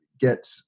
get